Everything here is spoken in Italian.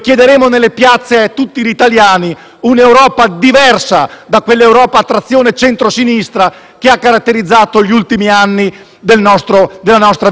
un'Europa diversa da quella a trazione di centrosinistra, che ha caratterizzato gli ultimi anni della nostra vita politica comunitaria.